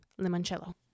limoncello